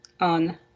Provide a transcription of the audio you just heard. on